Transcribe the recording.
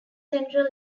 central